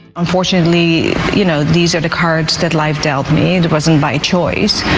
unfortunately, you know, these are the cards that life dealt me. it wasn't by choice.